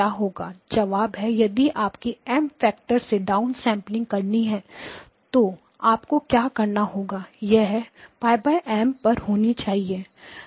जवाब है 2M यदि आपको M फैक्टर से डाउनसेंपलिंग करनी है तो आपको क्या करना होगा यह πM पर होनी चाहिए